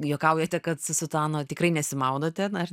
juokaujate kad su sutana tikrai nesimaudote na